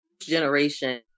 generation